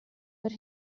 but